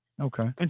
Okay